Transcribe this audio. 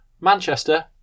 Manchester